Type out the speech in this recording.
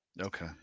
Okay